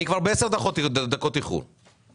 אני כבר באיחור של 10 דקות לדיון הבא.